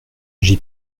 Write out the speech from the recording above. j’y